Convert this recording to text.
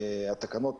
התשפ"א-2020.